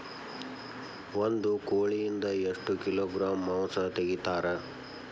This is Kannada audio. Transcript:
ಒಂದು ಕೋಳಿಯಿಂದ ಎಷ್ಟು ಕಿಲೋಗ್ರಾಂ ಮಾಂಸ ತೆಗಿತಾರ?